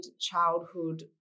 childhood